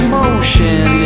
motion